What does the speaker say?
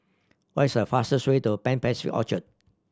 what is the fastest way to Pan Pacific Orchard